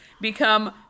become